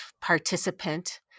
participant